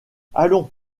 allons